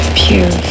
pure